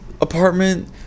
apartment